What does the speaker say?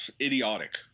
idiotic